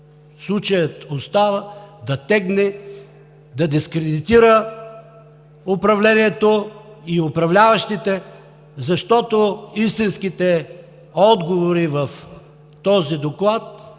Случаят остава да тегне, да дискредитира управлението и управляващите, защото истинските отговори в този доклад